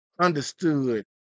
Understood